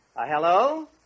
Hello